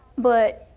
but